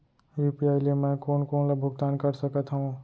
UPI ले मैं कोन कोन ला भुगतान कर सकत हओं?